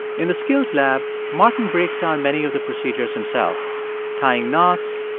in the skills lab, martin breaks down many of the procedures himself tying knots,